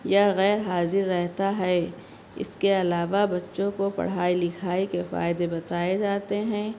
یا غیر حاضر رہتا ہے اس کے علاوہ بچوں کو پڑھائی لکھائی کے فائدے بتائے جاتے ہیں